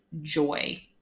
joy